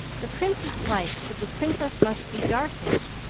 the prince is light, so the princess must be darkish.